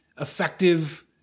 effective